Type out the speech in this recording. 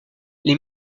les